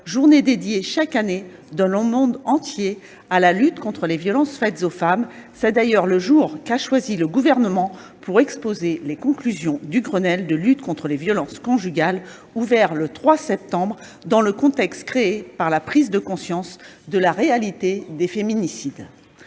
journée consacrée chaque année, dans le monde entier, à la lutte contre les violences faites aux femmes. C'est d'ailleurs le jour qu'a choisi le Gouvernement pour exposer les conclusions du Grenelle pour lutter contre les violences conjugales, ouvert le 3 septembre dernier dans le contexte créé par la prise de conscience de la réalité des féminicides.